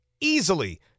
easily